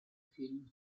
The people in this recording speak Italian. film